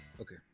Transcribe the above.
Okay